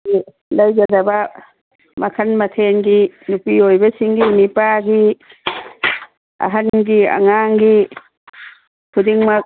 ꯐꯤ ꯂꯩꯒꯗꯕ ꯃꯈꯜ ꯃꯊꯦꯜꯒꯤ ꯅꯨꯄꯤꯑꯣꯏꯕꯤꯁꯤꯡꯒꯤ ꯅꯨꯄꯥꯒꯤ ꯑꯍꯟꯒꯤ ꯑꯉꯥꯡꯒꯤ ꯈꯨꯗꯤꯡꯃꯛ